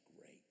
great